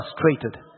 frustrated